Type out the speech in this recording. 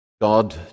God